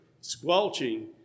squelching